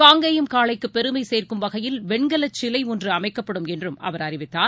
காங்கேயம் காளைக்குபெருமைசேர்க்கும் வகையில் வெண்கலச் சிலைஒன்றுஅமைக்கப்படும் என்றும் அவர் அறிவித்தார்